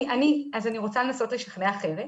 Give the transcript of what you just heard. אז אני רוצה לנסות לשכנע אחרת.